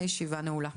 הישיבה נעולה.